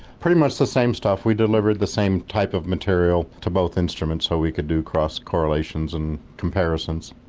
pretty much the same stuff. we delivered the same type of material to both instruments so we could do cross correlations and comparisons.